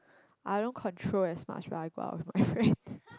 I don't control as much when I go out with my friends